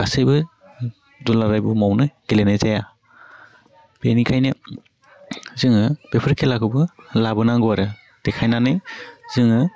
गासैबो दुलाराइ बुहुमावनो गेलेनाय जाया बेनिखायनो जोङो बेफोर खेलाखौबो लाबोनांगौ आरो देखायनानै जोङो